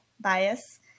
bias